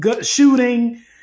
shooting